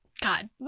God